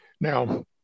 Now